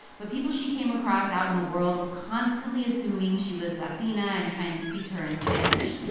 but people she came across out in the world were constantly assuming she was latina and trying to speak to her in spanish.